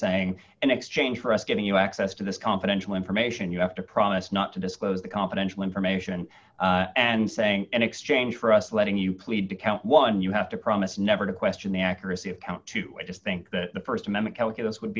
saying an exchange for us giving you access to this confidential information you have to promise not to disclose the confidential information and saying and exchange for us letting you plead to count one you have to promise never to question the accuracy of count two i just think that the st amendment calculus would